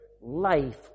life